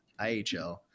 IHL